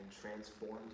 transformed